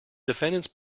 defendants